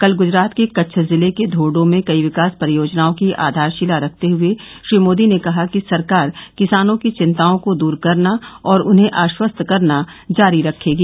कल गुजरात के कच्छ जिले के धोर्डो में कई विकास परियोजनाओं की आधारशिला रखते हुए श्री मोदी ने कहा कि सरकार किसानों की चिंताओं को दूर करना और उन्हे आश्वस्त करना जारी रखेगी